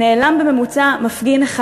נעלם בממוצע מפגין אחד